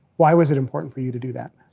why was it important for you to do that?